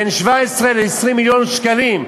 בין 17 ל-20 מיליון שקלים,